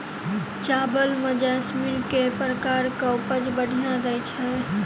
चावल म जैसमिन केँ प्रकार कऽ उपज बढ़िया दैय छै?